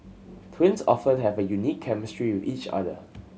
twins often have a unique chemistry with each other